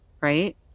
right